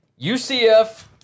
UCF